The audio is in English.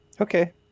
Okay